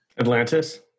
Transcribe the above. Atlantis